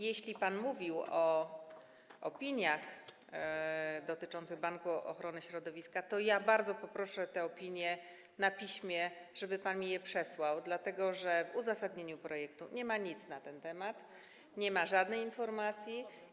Jeśli pan mówi o opiniach dotyczących Banku Ochrony Środowiska, to ja bardzo poproszę o te opinie na piśmie, o to, żeby pan mi je przesłał, dlatego że w uzasadnieniu projektu nie ma nic na ten temat, nie ma żadnej informacji.